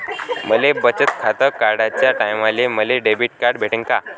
माय बचत खातं काढाच्या टायमाले मले डेबिट कार्ड भेटन का?